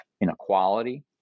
inequality